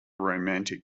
romantic